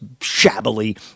shabbily